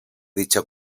dicha